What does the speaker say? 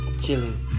Chilling